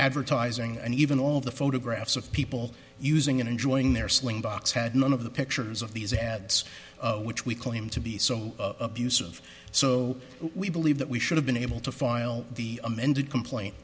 advertising and even all the photographs of people using and enjoying their slingbox had none of the pictures of these ads which we claim to be so abusive so we believe that we should have been able to file the amended complaint